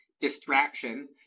distraction